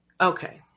Okay